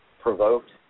provoked